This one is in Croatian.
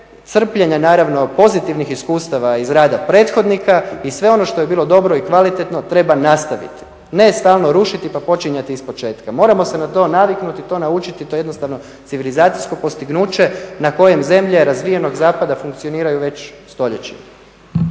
crpljenja pozitivnih iskustava iz rada prethodnika i sve ono što je bilo dobro i kvalitetno treba nastaviti. Ne stalno rušiti pa počinjati iz početka, moramo se na to naviknuti i to naučiti i to je jednostavno civilizacijsko postignuće na kojem zemlje razvijenog zapada funkcioniraju već stoljećima.